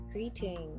Greetings